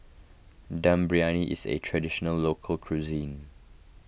Dum Briyani is a Traditional Local Cuisine